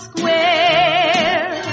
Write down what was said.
Square